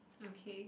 okay